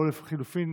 או לחלופין,